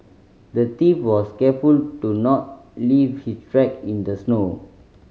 the thief was careful to not leave his track in the snow